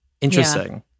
interesting